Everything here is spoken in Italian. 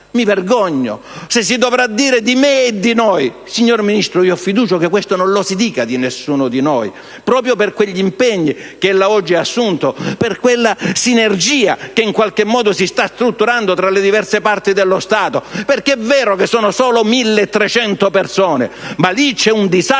mi vergognerei se ciò si dovesse dire di me e di noi. Signor Ministro, io ho fiducia che questo non lo si dica di nessuno di noi, proprio per gli impegni che ella oggi ha assunto, per quella sinergia che in qualche modo si sta strutturando tra le diverse parti dello Stato, perché è vero che sono solo 1.300 persone, ma lì c'è un disagio